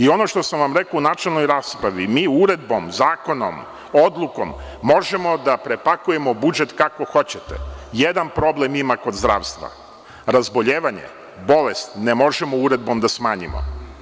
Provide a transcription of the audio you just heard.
Ono što sam vam rekao u načelnoj raspravi, mi uredbom, zakonom, odlukom možemo da prepakujemo budžet kako hoćete, jedan problem je kod zdravstva – razboljevanje, bolest ne možemo uredbom da smanjimo.